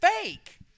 fake